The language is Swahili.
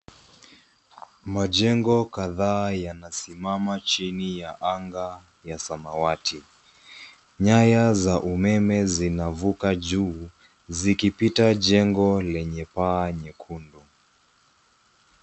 Majengo kadhaa yanasimama chini ya anga ya samawati. Nyaya za umeme zinavukaa juu, zikipita jengo lenye paa nyekundu.